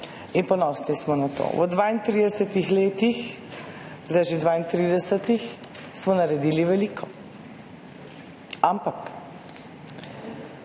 in ponosni smo na to. V 32 letih, zdaj že 32, smo naredili veliko. Ampak